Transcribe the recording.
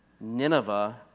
Nineveh